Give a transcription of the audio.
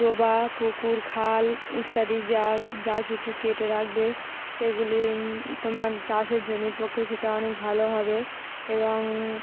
ডোবা পুকুর খাল ইত্যাদি যা যা কিছু কেটে রাখবে সেগুলি তোমার চাষের জমির পক্ষে সেটা অনেক ভালো হবে এবং